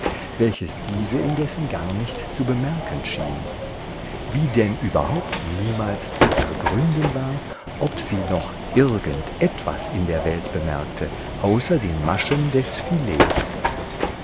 welches diese indessen gar nicht zu bemerken schien wie denn überhaupt niemals zu ergründen war ob sie noch irgend etwas in der welt bemerkte außer den maschen des